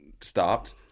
stopped